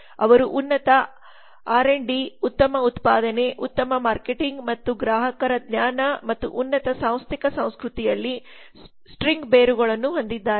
ಅವರು ಉನ್ನತ ಆರ್ ಮತ್ತು ಡಿ ಉತ್ತಮ ಉತ್ಪಾದನೆ ಉತ್ತಮ ಮಾರ್ಕೆಟಿಂಗ್ ಮತ್ತು ಗ್ರಾಹಕರ ಜ್ಞಾನ ಮತ್ತು ಉನ್ನತ ಸಾಂಸ್ಥಿಕ ಸಂಸ್ಕೃತಿಯಲ್ಲಿ ಸ್ಟ್ರಿಂಗ್ ಬೇರುಗಳನ್ನು ಹೊಂದಿದ್ದಾರೆ